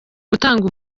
gutanga